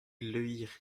lizher